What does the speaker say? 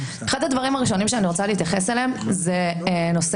אחד הדברים הראשונים שאני רוצה להתייחס אליהם זה נושא